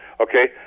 Okay